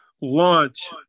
launch